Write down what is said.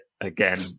again